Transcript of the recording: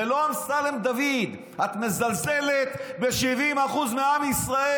זה לא אמסלם דוד, את מזלזלת ב-70% מעם ישראל.